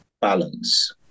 Balance